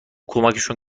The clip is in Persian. کمکشون